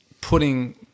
putting